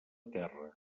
terra